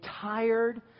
tired